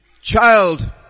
child